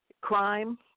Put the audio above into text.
crime